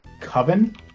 Coven